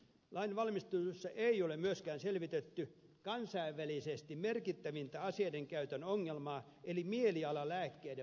lain valmistelussa ei ole myöskään selvitetty kansainvälisesti merkittävintä aseiden käytön ongelmaa eli mielialalääkkeiden vaikutusta asiaan